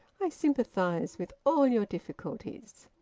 i sympathise with all your difficulties.